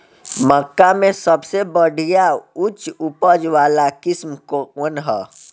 मक्का में सबसे बढ़िया उच्च उपज वाला किस्म कौन ह?